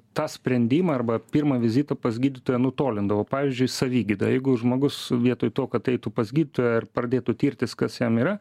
tą sprendimą arba pirmą vizitą pas gydytoją nutolindavo pavyzdžiui savigyda jeigu žmogus vietoj to kad eitų pas gydytoją ir pradėtų tirtis kas jam yra